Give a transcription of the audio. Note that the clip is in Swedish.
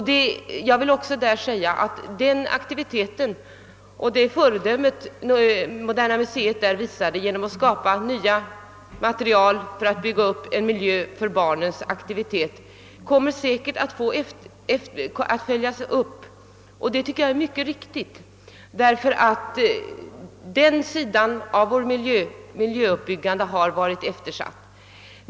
Det föredömliga initiativ som Moderna museet tog för att på detta sätt skapa nya material i en miljö för barns aktivitet kommer säkerligen att följas upp, och det tycker jag är alldeles riktigt, ty denna sida av vårt miljöuppbyggande har varit eftersatt.